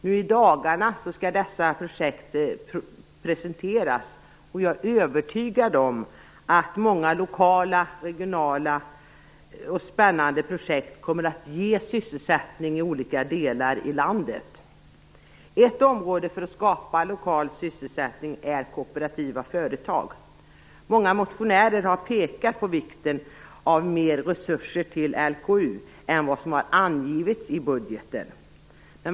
Nu i dagarna skall dessa projekt presenteras, och jag är övertygad om att många lokala och regionala och framför allt spännande projekt kommer att ge sysselsättning i landets olika delar. Ett område för att skapa lokal sysselsättning är kooperativa företag. Många motionärer har pekat på vikten av mer resurser till LKU än vad som har angivits i budgeten.